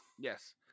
Yes